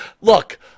Look